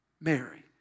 Mary